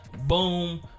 Boom